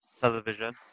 television